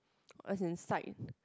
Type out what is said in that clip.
as in side